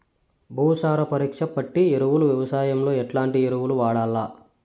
భూసార పరీక్ష బట్టి ఎరువులు వ్యవసాయంలో ఎట్లాంటి ఎరువులు వాడల్ల?